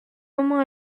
moment